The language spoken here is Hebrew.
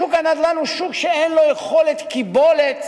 שוק הנדל"ן הוא שוק שאין לו יכולת קיבולת,